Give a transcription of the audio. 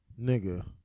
nigga